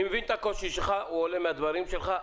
אני מבין את הקושי שלך, הוא עולה מהדברים שלך.